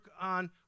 on